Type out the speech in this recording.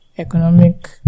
Economic